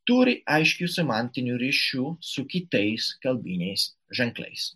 turi aiškius semantinių ryšių su kitais kalbiniais ženkliais